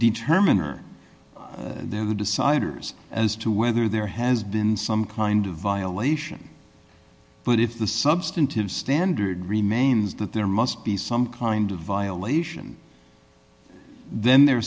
determiner they're the deciders as to whether there has been some kind of violation but if the substantive standard remains that there must be some kind of violation then there